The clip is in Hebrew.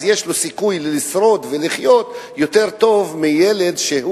יש לו סיכוי לשרוד ולחיות יותר טוב מיילוד שהוא